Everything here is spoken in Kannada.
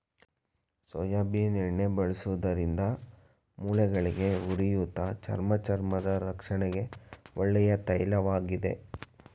ಸೋಯಾಬೀನ್ ಎಣ್ಣೆ ಬಳಸುವುದರಿಂದ ಮೂಳೆಗಳಿಗೆ, ಉರಿಯೂತ, ಚರ್ಮ ಚರ್ಮದ ರಕ್ಷಣೆಗೆ ಒಳ್ಳೆಯ ತೈಲವಾಗಿದೆ